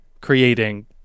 creating